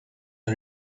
the